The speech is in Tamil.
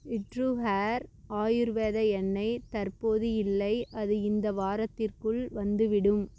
இட்ரூ ஹேர் ஆயுர்வேத எண்ணெய் தற்போது இல்லை அது இந்த வாரத்திற்குள் வந்துவிடும்